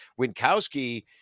Winkowski